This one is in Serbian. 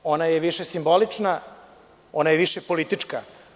Ona je više simbolična i više je politička.